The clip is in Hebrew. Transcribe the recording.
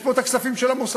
יש פה הכספים של המוסדיים.